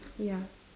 ya